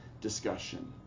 discussion